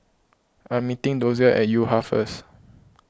I am meeting Dozier at Yo Ha first